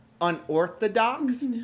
Unorthodox